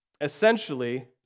Essentially